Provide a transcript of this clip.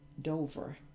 Dover